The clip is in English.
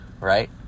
right